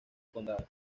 condado